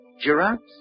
Giraffes